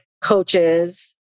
coaches